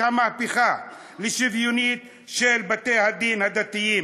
המהפכה לשוויוניות של בתי-הדין הדתיים.